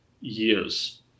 years